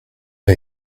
pas